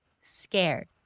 scared